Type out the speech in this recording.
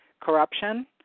Corruption